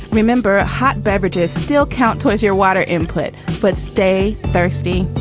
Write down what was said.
remember hot beverages still count towards your water input but stay thirsty.